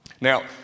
Now